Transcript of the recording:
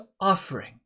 offering